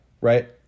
Right